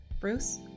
Bruce